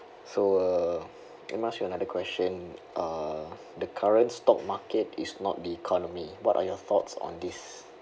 so uh let me ask you another question uh the current stock market is not the economy what are your thoughts on this